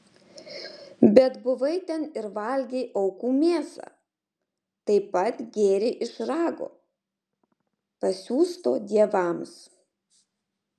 bet buvai ten ir valgei aukų mėsą taip pat gėrei iš rago pasiųsto dievams